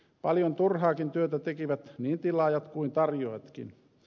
paljon turhaakin työtä tekivät niin tilaajat kuin tarjoajatkin